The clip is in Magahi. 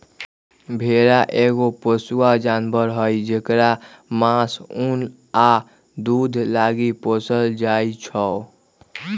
भेड़ा एगो पोसुआ जानवर हई जेकरा मास, उन आ दूध लागी पोसल जाइ छै